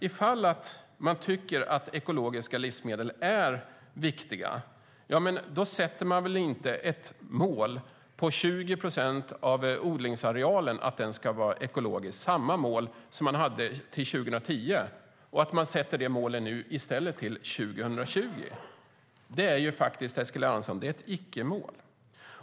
Ifall man tycker att ekologiska livsmedel är viktiga då sätter man väl inte ett mål om att 20 procent av odlingsarealen ska vara ekologisk, samma mål som man hade till 2010. Nu sätter man det målet i stället till 2020. Det, Eskil Erlandsson, är ett icke-mål.